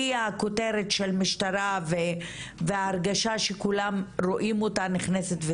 הכותרת של משטרה וההרגשה שכולם רואים אותה נכנסת,